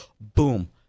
boom